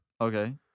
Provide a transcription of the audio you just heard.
Okay